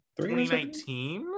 2019